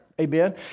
Amen